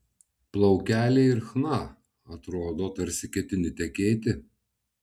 plaukeliai ir chna atrodo tarsi ketini tekėti